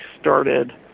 started